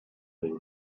been